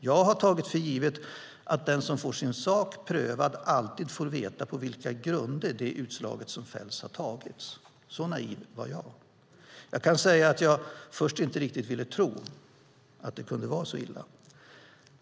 Jag har tagit för givet att den som får sin sak prövad alltid får veta på vilka grunder det utslag som fälls har tagits; så naiv var jag. Jag kan säga att jag först inte ville tro att det kunde vara så illa.